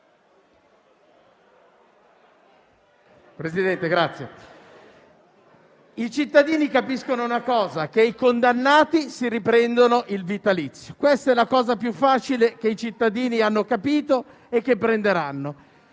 Presidente, i cittadini capiscono una cosa: i condannati si riprendono il vitalizio. Questa è la cosa più facile che i cittadini hanno capito e che prenderanno.